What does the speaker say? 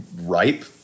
ripe